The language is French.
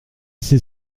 c’est